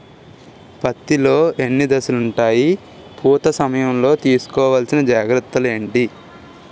పత్తి లో ఎన్ని దశలు ఉంటాయి? పూత సమయం లో తీసుకోవల్సిన జాగ్రత్తలు ఏంటి?